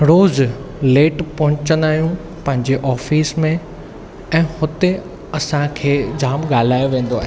रोज़ late पहुचंदा आहियूं पांहिंजे ऑफिस में ऐं हुते असांखे जाम ॻाल्हायो वेंदो आहे